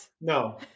No